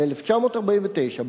ב-1949,